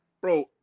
Bro